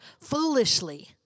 foolishly